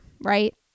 right